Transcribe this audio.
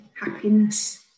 happiness